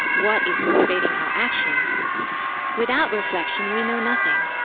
what is motivating our actions without reflection we know nothing,